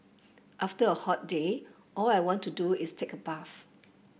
after a hot day all I want to do is take a bath